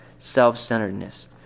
self-centeredness